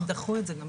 הם דחו את זה.